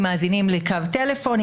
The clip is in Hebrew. אם מאזינים לקו טלפון,